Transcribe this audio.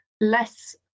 less